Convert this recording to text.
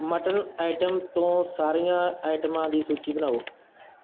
mutton item ਤੋਂ ਸਾਰੀਆਂ ਆਈਟਮਾਂ ਦੀ ਸੂਚੀ ਬਣਾਓ